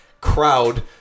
crowd